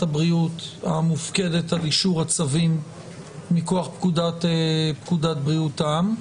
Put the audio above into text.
הבריאות המופקדת על אישור הצווים מכוח פקודת בריאות העם.